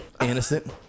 innocent